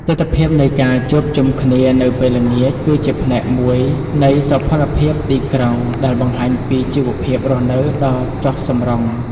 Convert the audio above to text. ទិដ្ឋភាពនៃការជួបជុំគ្នានៅពេលល្ងាចគឺជាផ្នែកមួយនៃសោភ័ណភាពទីក្រុងដែលបង្ហាញពីជីវភាពរស់នៅដ៏ចុះសម្រុង។